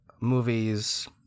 movies